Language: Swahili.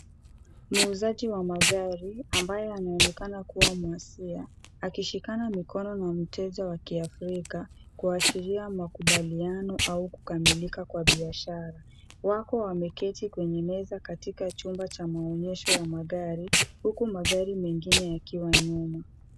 Muuzaji wa magari, ambaye anaonekana kuwa muasia, akishikana mikono na mteja wa kiafrika, kuashiria makubaliano au kukamilika kwa biashara. Wako wameketi kwenye meza katika chumba cha maonyesho ya magari, huku magari mengine yakiwa nyuma.